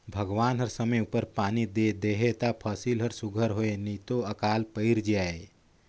भगवान हर समे उपर पानी दे देहे ता फसिल हर सुग्घर होए नी तो अकाल पइर जाए